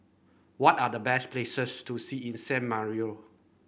what are the best places to see in San Marino